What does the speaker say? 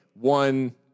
one